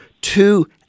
two